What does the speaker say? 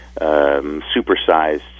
supersized